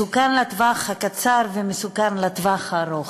מסוכן לטווח הקצר ומסוכן לטווח הארוך.